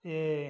ये